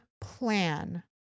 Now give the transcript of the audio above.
plan